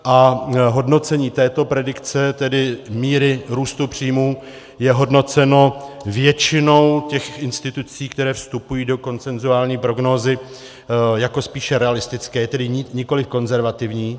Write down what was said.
A hodnocení této predikce, tedy míry růstu příjmů, je hodnoceno většinou těch institucí, které vstupují do konsenzuální prognózy, jako spíše realistické, tedy nikoliv konzervativní.